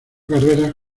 carreras